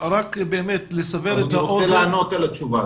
אני רוצה לענות על השאלה.